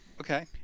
Okay